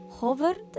Hovered